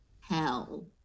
hell